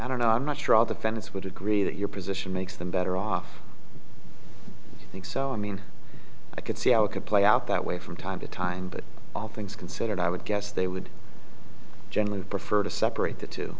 i don't know i'm not sure all defendants would agree that your position makes them better off and so i mean i could see how it could play out that way from time to time but all things considered i would guess they would generally prefer to separate the two